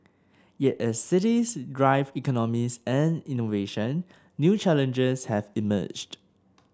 yet as cities drive economies and innovation new challenges have emerged